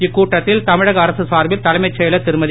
இக்கூட்டத்தில் தமிழக அரசு சார்பில் தலைமைச் செயலர் திருமதி